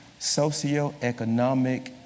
socioeconomic